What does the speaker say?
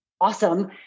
awesome